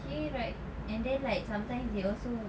actually right and then like sometimes they also